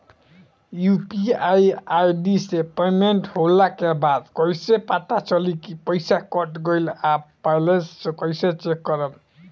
UPI ID से payment होला के बाद कइसे पता चली की पईसा कट गएल आ बैलेंस कइसे चेक करम?